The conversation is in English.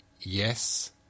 yes